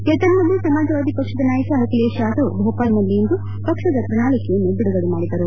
ಎತನ್ನದ್ದೆ ಸಮಾಜವಾದಿ ಪಕ್ಷದ ನಾಯಕ ಅಖಿಲೇಶ್ ಯಾದವ್ ಭೋಪಾಲ್ನಲ್ಲಿಂದು ಪಕ್ಷದ ಪ್ರಣಾಳಕೆಯನ್ನು ಬಿಡುಗಡೆ ಮಾಡಿದರು